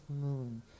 moon